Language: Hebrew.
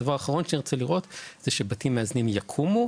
הדבר האחרון שנרצה לראות זה שבתים מאזנים יקומו